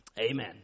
Amen